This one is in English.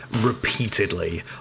repeatedly